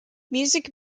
music